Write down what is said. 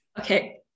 Okay